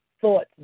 Thoughts